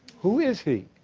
who is he?